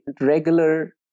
regular